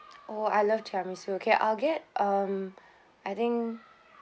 oh I love tiramisu okay I'll get um I think